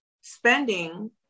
spending